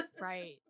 Right